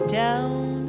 down